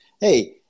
Hey